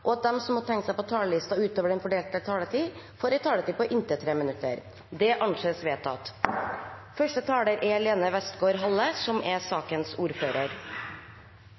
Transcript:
og at dei som måtte teikna seg på talarlista utover den fordelte taletida, får ei taletid på inntil 3 minutt. – Det er vedteke. Dette er